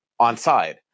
onside